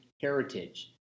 heritage